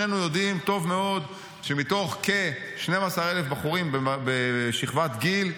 שנינו יודעים טוב מאוד שמתוך כ-12,000 בחורים בשכבת גיל,